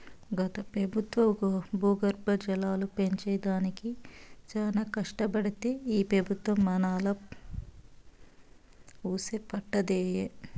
గత పెబుత్వం భూగర్భ జలాలు పెంచే దానికి చానా కట్టబడితే ఈ పెబుత్వం మనాలా వూసే పట్టదాయె